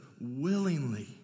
willingly